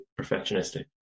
perfectionistic